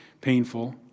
painful